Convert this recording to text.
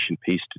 piece